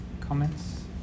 comments